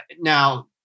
now